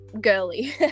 girly